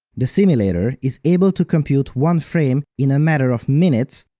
the simulator is able to compute one frame in a matter of minutes,